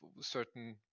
certain